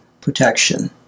protection